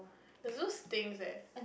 the zoo stinks leh